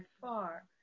far